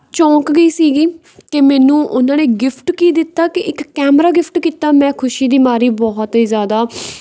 ਚੌਂਕ ਗਈ ਸੀਗੀ ਕਿ ਮੈਨੂੰ ਉਹਨਾਂ ਨੇ ਗਿਫਟ ਕੀ ਦਿੱਤਾ ਕਿ ਇੱਕ ਕੈਮਰਾ ਗਿਫਟ ਕੀਤਾ ਮੈਂ ਖੁਸ਼ੀ ਦੀ ਮਾਰੀ ਬਹੁਤ ਹੀ ਜ਼ਿਆਦਾ